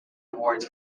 awards